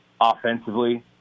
offensively